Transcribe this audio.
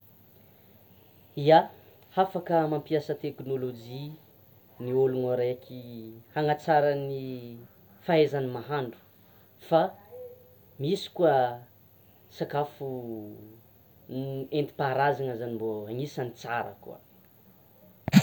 Ia! Afaka mampiasa teknolojia ny olona araiky hanatsara ny fahaizany mahandro fa misy koa sakafo entipaharazana zany mba anisan'ny tsara koa.